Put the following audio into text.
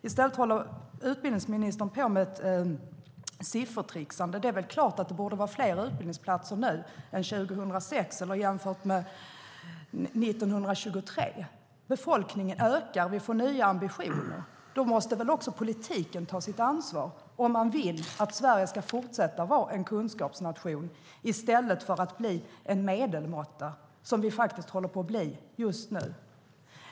I stället håller utbildningsministern på med ett siffertricksande. Det är väl klart att det borde vara fler utbildningsplatser nu än 2006 eller jämfört med 1923. Befolkningen ökar, och vi får nya ambitioner. Då måste väl också politiken ta sitt ansvar om man vill att Sverige ska fortsätta att vara en kunskapsnation, i stället för att bli en medelmåtta som vi håller på att bli just nu.